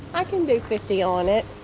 i can do fifty on it